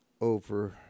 over